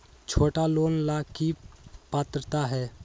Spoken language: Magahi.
छोटा लोन ला की पात्रता है?